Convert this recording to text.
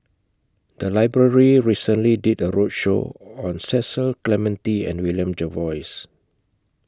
The Library recently did A roadshow on Cecil Clementi and William Jervois